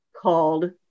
called